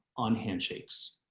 on handshakes,